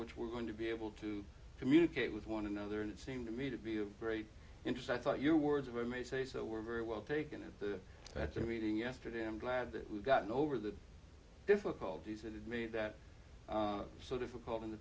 which we're going to be able to communicate with one another and it seemed to me to be of great interest i thought your words were i may say so were very well taken and that's a meeting yesterday i'm glad that we've gotten over the difficulties and made that so difficult in the